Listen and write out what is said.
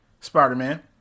Spider-Man